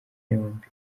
yombi